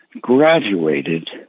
graduated